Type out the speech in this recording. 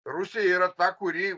rusija yra ta kuri